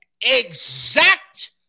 exact